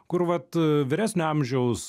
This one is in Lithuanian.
kur vat vyresnio amžiaus